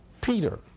Peter